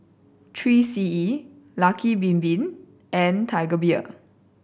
Three C E Lucky Bin Bin and Tiger Beer